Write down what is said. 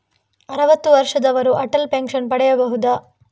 ಅರುವತ್ತು ವರ್ಷದವರು ಅಟಲ್ ಪೆನ್ಷನ್ ಪಡೆಯಬಹುದ?